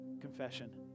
confession